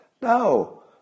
No